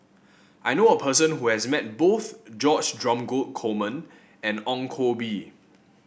I knew a person who has met both George Dromgold Coleman and Ong Koh Bee